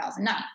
2009